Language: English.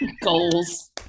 Goals